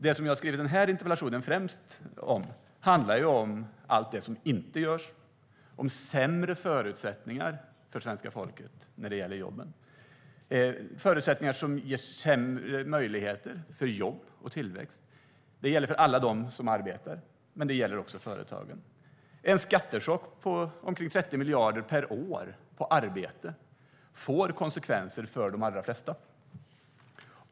Min interpellation handlar främst om det som ger sämre förutsättningar för svenska folket vad gäller jobb och tillväxt. Det gäller alla dem som arbetar men också företagen. En skattechock på omkring 30 miljarder per år på arbete får konsekvenser för de allra flesta.